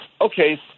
okay